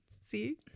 See